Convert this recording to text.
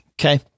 Okay